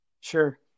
Sure